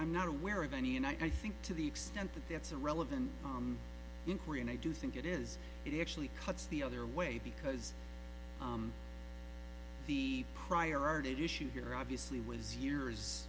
i'm not aware of any and i think to the extent that that's a relevant inquiry and i do think it is it actually cuts the other way because the prior art issue here obviously was years